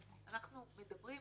אנחנו מדברים,